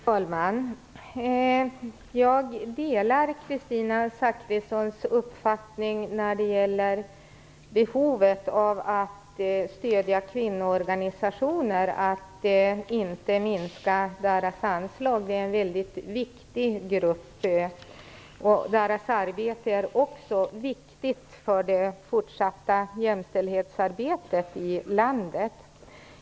Herr talman! Jag delar Kristina Zakrissons uppfattning när det gäller behovet av att stödja kvinnoorganisationer, att vi inte skall minska deras anslag. Det är en väldigt viktig grupp. Kvinnoorganisationernas arbete är också viktigt för det fortsattta jämställdhetsarbetet i landet.